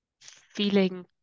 feeling